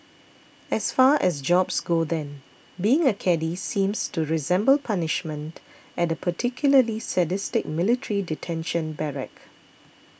as far as jobs go then being a caddie seems to resemble punishment at a particularly sadistic military detention barrack